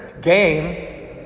game